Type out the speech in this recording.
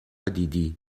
دیدی